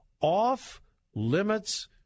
off-limits